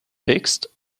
fixed